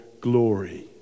glory